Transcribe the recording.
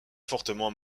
fortement